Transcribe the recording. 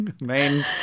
main